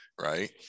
right